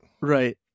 Right